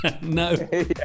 No